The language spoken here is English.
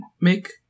make